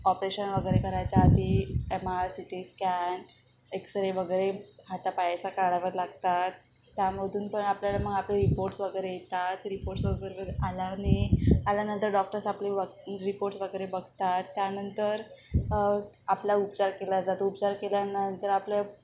operation वगैरे करायच्या आधी M R C T scan x ray वगैरे हाता पायाचा काढावं लागतात त्यामधून पण आपल्याला मग आपले रिपोर्ट्स वगैरे येतात रिपोर्ट्स वगैरे आल्याने आल्यानंतर डॉक्टर्स आपले वक रिपोर्ट्स वगैरे बघतात त्यानंतर आपला उपचार केला जातो उपचार केल्यानंतर आपलं